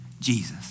Jesus